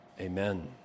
amen